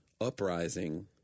uprising